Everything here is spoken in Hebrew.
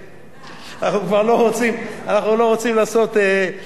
אנחנו לא רוצים לעשות שום תיקונים לעניין הזה.